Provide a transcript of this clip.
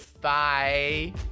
bye